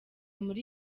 muri